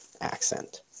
accent